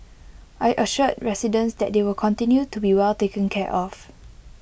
I assured residents that they will continue to be well taken care of